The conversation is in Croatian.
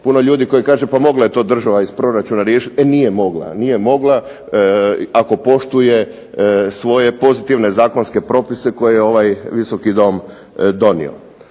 puno ljudi koji kažu pa mogla je to država iz proračuna riješiti, e pa nije mogla, nije mogla, ako poštuje svoje pozitivne zakonske propise koje je ovaj Visoki dom donio.